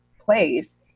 place